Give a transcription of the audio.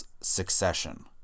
succession